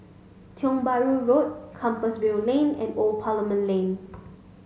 Tiong Bahru Road Compassvale Lane and Old Parliament Lane